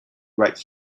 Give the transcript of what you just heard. right